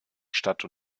stadt